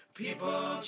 people